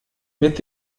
mit